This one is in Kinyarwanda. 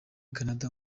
canada